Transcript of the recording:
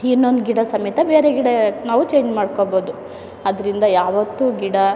ಇನ್ನೊಂದು ಗಿಡ ಸಮೇತ ಬೇರೆ ಗಿಡ ನಾವು ಚೇಂಜ್ ಮಾಡ್ಕೋಬೋದು ಅದರಿಂದ ಯಾವತ್ತು ಗಿಡ